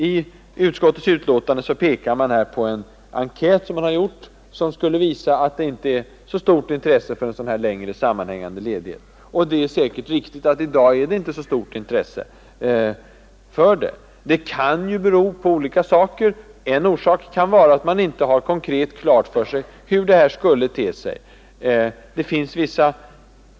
I utskottets betänkande pekar man på en enkät som skulle visa att det inte är så stort intresse för en sådan här längre sammanhängande ledighet. Det är säkert riktigt att det i dag inte är så stort intresse. Det kan bero på olika saker. En orsak kan vara att man inte har konkret klart för sig hur det skulle fungera.